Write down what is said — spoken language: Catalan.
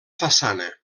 façana